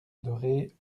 dorées